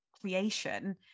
creation